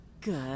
good